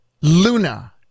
luna